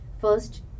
First